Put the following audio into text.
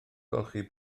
golchi